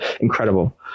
incredible